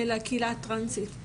לקהילה הטרנסית.